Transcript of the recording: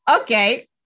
Okay